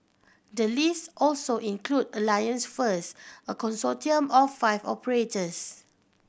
the list also include Alliance First a consortium of five operators